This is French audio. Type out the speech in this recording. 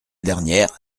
dernière